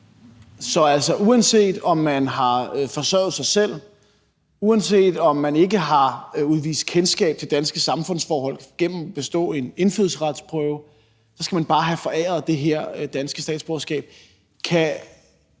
Så altså, uanset om man har forsørget sig selv, uanset om man har udvist kendskab til danske samfundsforhold gennem at bestå en indfødsretsprøve eller ej, skal man bare have foræret det her danske statsborgerskab.